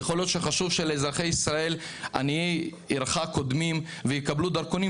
יכול להיות שאזרחי ישראל קודמים בקבלת דרכונים,